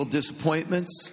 disappointments